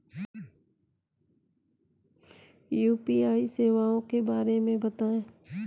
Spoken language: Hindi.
यू.पी.आई सेवाओं के बारे में बताएँ?